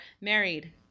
married